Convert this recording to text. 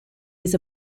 was